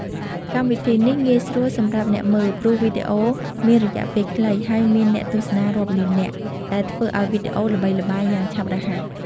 កម្មវិធីនេះងាយស្រួលសម្រាប់អ្នកមើល ព្រោះវីដេអូមានរយៈពេលខ្លី ហើយមានអ្នកទស្សនារាប់លាននាក់ ដែលធ្វើឲ្យវីដេអូល្បីល្បាញយ៉ាងឆាប់រហ័ស។